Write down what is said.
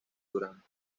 durán